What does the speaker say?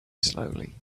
slowly